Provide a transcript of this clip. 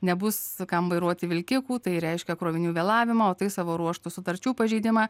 nebus kam vairuoti vilkikų tai reiškia krovinių vėlavimą o tai savo ruožtu sutarčių pažeidimą